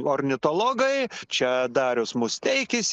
ornitologai čia darius musteikis